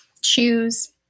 choose